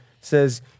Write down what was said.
says